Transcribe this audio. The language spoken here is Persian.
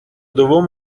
دوم